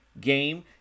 game